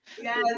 Yes